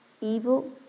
evil